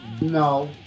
No